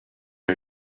are